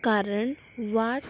कारण वाट